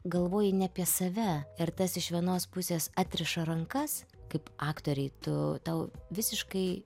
galvoji ne apie save ir tas iš vienos pusės atriša rankas kaip aktoriai tu tau visiškai